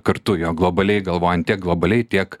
kartu jo globaliai galvojant tiek globaliai tiek